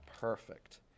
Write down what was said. perfect